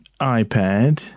iPad